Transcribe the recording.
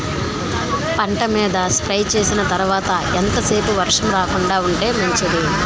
పంట మీద స్ప్రే చేసిన తర్వాత ఎంత సేపు వర్షం రాకుండ ఉంటే మంచిది?